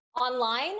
Online